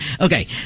okay